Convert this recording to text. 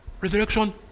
Resurrection